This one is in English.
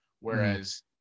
whereas